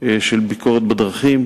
של ביקורת בדרכים,